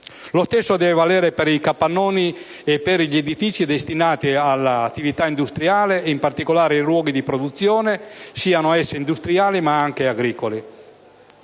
lo stesso deve valere per i capannoni e per gli edifici destinati ad attività industriale e in particolare i luoghi di produzione, siano essi industriali o agricoli.